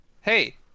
hey